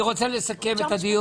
אני רוצה לסכם את הדיון.